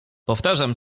powtarzam